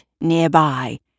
nearby